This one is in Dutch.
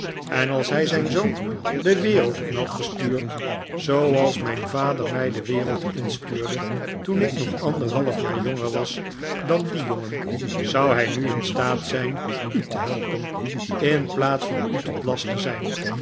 en als hij zijn zoon de wereld in had gestuurd zooals mijn vader mij de wereld in stuurde teen ik nog anderhalf jaar jonger was dan die jongen zou hij nu in staat zijn u te helpen in plaats van u tot last te zijn